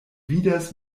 vidas